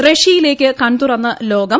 റഷ്യയിലേക്ക് കൺതുറന്ന് ലോകം